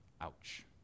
Ouch